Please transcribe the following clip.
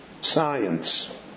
science